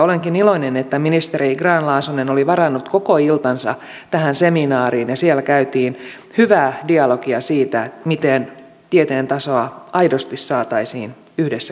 olenkin iloinen että ministeri grahn laasonen oli varannut koko iltansa tähän seminaariin ja siellä käytiin hyvää dialogia siitä miten tieteen tasoa aidosti saataisiin yhdessä kehitettyä